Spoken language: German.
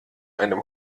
einem